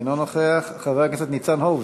אינו נוכח, חבר הכנסת ניצן הורוביץ,